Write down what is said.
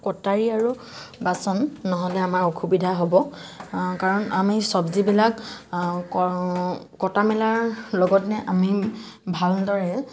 কটাৰী আৰু বাচন ন'হলে আমাৰ অসুবিধা হ'ব কাৰণ আমি চবজিবিলাক কৰো কটা মেলাৰ লগতে আমি ভালদৰে